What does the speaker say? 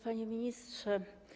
Panie Ministrze!